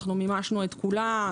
מימשנו את כולה.